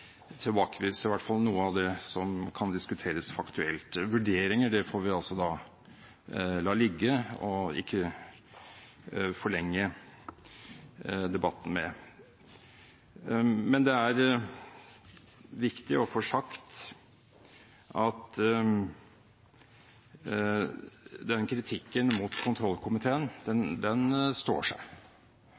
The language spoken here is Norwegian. i hvert fall noe av det som kan diskuteres faktuelt. Vurderinger får vi la ligge og ikke forlenge debatten med. Det er viktig å få sagt at kritikken mot kontrollkomiteen står seg.